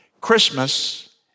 Christmas